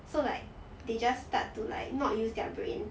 so like they just start to like not use their brain